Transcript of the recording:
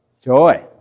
Joy